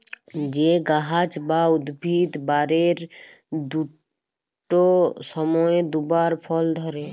যে গাহাচ বা উদ্ভিদ বারের দুট সময়ে দুবার ফল ধ্যরে